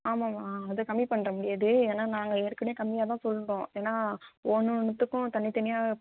ஆமாம்மா அதை கம்மி பண்ண முடியாது ஏன்னால் நாங்கள் ஏற்கனவே கம்மியாக தான் சொல்கிறோம் ஏன்னால் ஒன்று ஒன்றுத்துக்கும் தனித் தனியாக